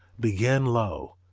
begin low.